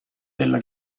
della